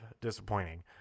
disappointing